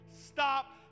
stop